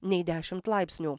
nei dešimt laipsnių